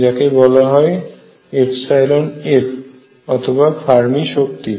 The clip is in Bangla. যাকে বলা হয় F অথবা ফার্মি শক্তি